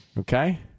Okay